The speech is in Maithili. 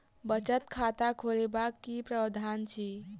बचत खाता खोलेबाक की प्रावधान अछि?